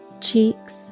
cheeks